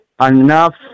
enough